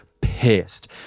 pissed